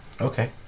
Okay